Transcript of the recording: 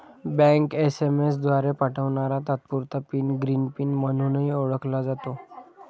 bank SMS द्वारे पाठवणारा तात्पुरता पिन ग्रीन पिन म्हणूनही ओळखला जातो